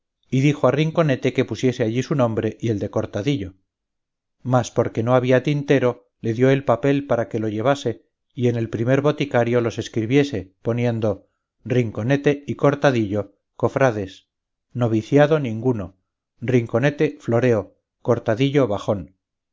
y dijo a rinconete que pusiese allí su nombre y el de cortadillo mas porque no había tintero le dio el papel para que lo llevase y en el primer boticario los escribiese poniendo rinconete y cortadillo cofrades noviciado ninguno rinconete floreo cortadillo bajón